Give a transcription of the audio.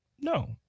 no